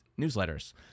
newsletters